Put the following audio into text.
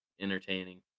entertaining